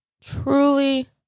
truly